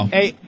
Hey